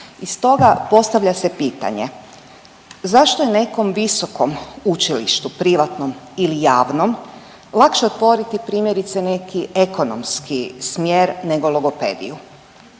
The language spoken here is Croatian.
i stoga, postavlja se pitanje. Zašto je nekom visokom učilištu, privatnom ili javnom, lakše otvoriti, primjerice, neki ekonomski smjer nego logopediju?